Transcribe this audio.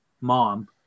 mom